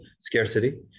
scarcity